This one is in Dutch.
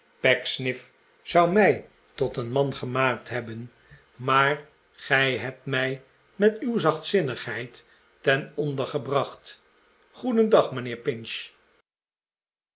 zou mij tot een man gemaakt hebben maar gij hebt mij met uw zachtzinnigheid ten onder gebracht goedendag mijnheer pinch